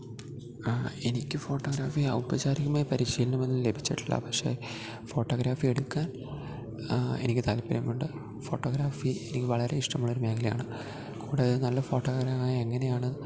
എനിക്ക് ഈ ഫോട്ടോഗ്രാഫി ഔപചാരികമായി പരിശീലനമൊന്നും ലഭിച്ചിട്ടില്ല പക്ഷെ ഫോട്ടോഗ്രാഫി എടുക്കാൻ എനിക്ക് ഈ താല്പര്യമുണ്ട് ഫോട്ടോഗ്രാഫിയെനിക്ക് വളരെയിഷ്ടമുള്ളൊരു മേഖലയാണ് കൂടെ നല്ല ഫോട്ടോഗ്രാഫറാകാനെങ്ങനെയാണ്